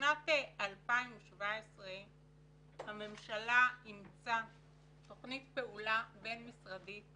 בשנת 2017 הממשלה אימצה תוכנית פעולה בין-משרדית